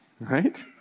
right